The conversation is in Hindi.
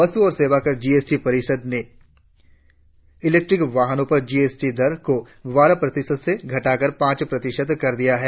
वस्तु और सेवा कर जीएसटी परिषद ने इलेक्ट्रिक वाहनों पर जीएसटी दर को बारह प्रतिशत से घटाकर पांच प्रतिशत कर दिया है